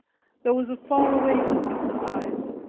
there was a far-away look in her eyes,